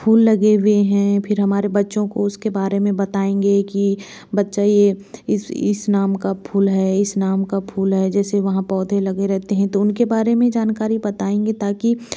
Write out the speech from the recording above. फूल लगे हुए हैं फिर हमारे बच्चों को उसके बारे में बताएंगे कि बच्चा ये इस इस नाम का फूल है इस नाम का फूल है जैसे वहाँ पौधे लगे रहते हैं तो उनके बारे में जानकारी बताएंगे ताकि